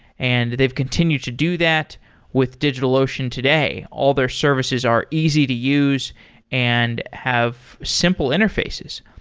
and they've continued to do that with digitalocean today. all their services are easy to use and have simple interfaces.